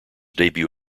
debut